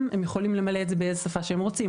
הם יכולים למלא אותו באיזו שפה שהם רוצים.